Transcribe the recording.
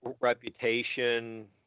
reputation